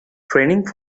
training